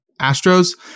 Astros